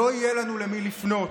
לא יהיה לנו למי לפנות.